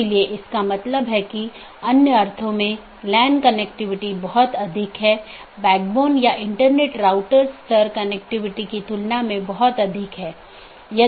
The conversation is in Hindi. इसलिए इस पर प्रतिबंध हो सकता है कि प्रत्येक AS किस प्रकार का होना चाहिए जिसे आप ट्रैफ़िक को स्थानांतरित करने की अनुमति देते हैं